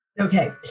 Okay